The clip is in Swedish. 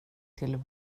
till